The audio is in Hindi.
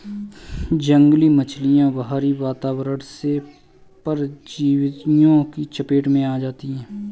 जंगली मछलियाँ बाहरी वातावरण से परजीवियों की चपेट में आ जाती हैं